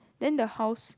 then the house